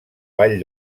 ball